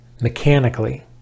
mechanically